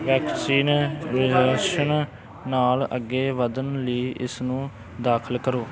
vaccine registration ਨਾਲ ਅੱਗੇ ਵਧਣ ਲਈ ਇਸਨੂੰ ਦਾਖਲ ਕਰੋ